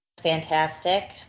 Fantastic